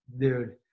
Dude